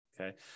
okay